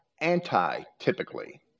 anti-typically